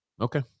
Okay